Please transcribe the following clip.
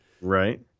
Right